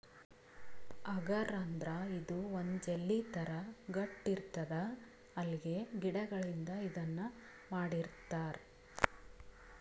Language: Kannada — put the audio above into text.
ಅಗರ್ ಅಂದ್ರ ಇದು ಒಂದ್ ಜೆಲ್ಲಿ ಥರಾ ಗಟ್ಟ್ ಇರ್ತದ್ ಅಲ್ಗೆ ಗಿಡಗಳಿಂದ್ ಇದನ್ನ್ ಮಾಡಿರ್ತರ್